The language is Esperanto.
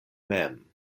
mem